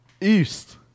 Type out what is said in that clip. East